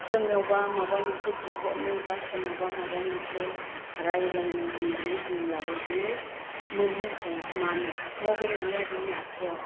सोरनावबा माबा मोनसे बिहदनोबा सोरनावबा माबा मोनसे रायलायनो होन्नानै बुंब्लाबो बियो मोननै हाया मानो मबेल गैया बिनि आखायाव